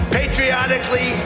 patriotically